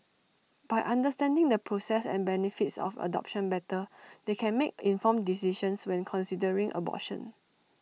by understanding the process and benefits of adoption better they can make informed decisions when considering abortion